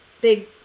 big